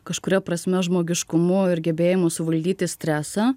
kažkuria prasme žmogiškumu ir gebėjimu suvaldyti stresą